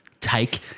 take